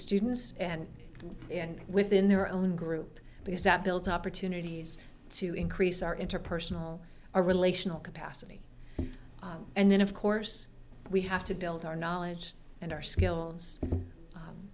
students and and within their own group because that builds opportunities to increase our interpersonal or relational capacity and then of course we have to build our knowledge and our skills